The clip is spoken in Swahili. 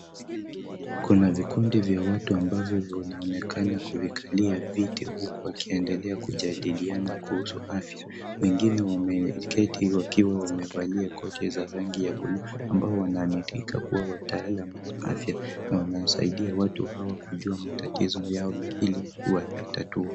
Kuna vikundivya watu amabao wanaonekana kuvikalia viti huku wakiendele kujadiliana kuhusu afya. Wengine wameketi wakiwa wamevalia koti za rangi ya buluu amabao wanaaminika kuwa wataalamu wa afaya na wanasaidia watu hawa kujua matatizo yao na ili kuyatatua.